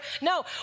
No